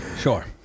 Sure